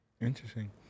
interesting